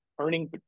earning